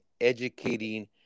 educating